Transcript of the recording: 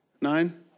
Nine